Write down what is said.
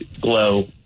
glow